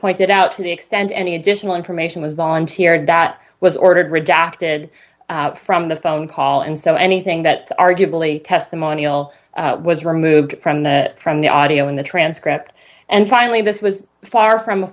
pointed out to the extent any additional information was volunteered that was ordered redacted from the phone call and so anything that arguably testimonial was removed from the from the audio in the transcript and finally this was far from a